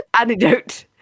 anecdote